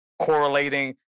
correlating